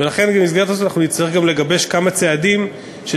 ולכן במסגרת הזאת אנחנו נצטרך גם לגבש כמה צעדים של